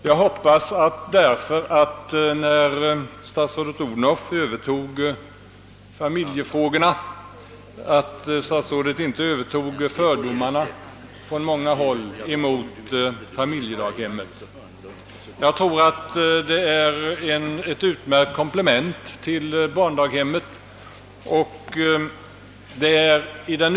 Jag hoppas därför att statsrådet Odhnoff, när hon övertog familjefrågorna, inte samtidigt övertog fördomarna på många håll emot familjedaghemmen, ty jag tror att dessa är ett utmärkt komplement till barndaghemmen.